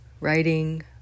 writing